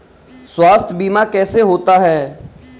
स्वास्थ्य बीमा कैसे होता है?